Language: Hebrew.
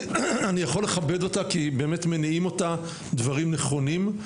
אני יכול לכבד אותה כי באמת מניעים אותה דברים נכונים,